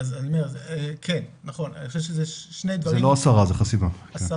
זה לא הסרה, זה חסימה.